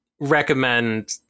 recommend